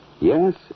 Yes